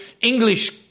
English